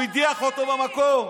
הוא הדיח אותו במקום,